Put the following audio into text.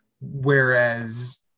Whereas